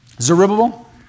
Zerubbabel